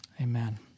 Amen